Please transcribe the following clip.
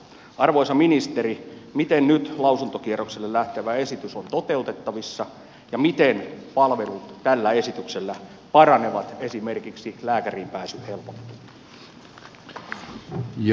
arvoisa ministeri miten nyt lausuntokierrokselle lähtevä esitys on toteutettavissa ja miten palvelut tällä esityksellä paranevat esimerkiksi lääkäriin pääsy helpottuu